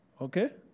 Okay